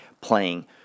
playing